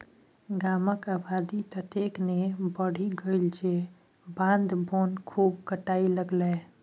गामक आबादी ततेक ने बढ़ि गेल जे बाध बोन खूब कटय लागल